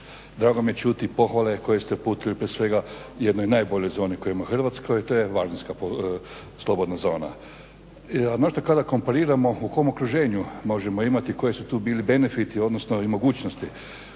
drago mi je čuti pohvale koje ste uputili prije svega jednoj najboljoj zoni koju ima Hrvatska, a to je Varaždinska slobodna zona. Naročito kada kompariramo u kom okruženju možemo imati i koji su tu bili benefiti odnosno i mogućnosti.